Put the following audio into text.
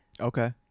Okay